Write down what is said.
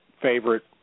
favorite